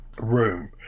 room